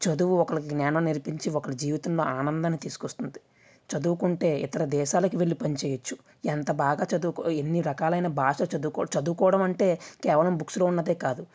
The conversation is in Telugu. చదువు ఒక జ్ఞానం నేర్పించి ఒకరి జీవితంలో ఆనందాన్ని తీసుకవస్తుంది చదువుకుంటే ఇతర దేశాలకు వెళ్ళి పని చేయవచ్చు ఎంత బాగా చదువుకో ఎన్ని రకాలైన బాషా చదవుకో చదువుకోవడం అంటే కేవలం బుక్స్లో ఉన్నదే కాదు